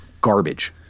Garbage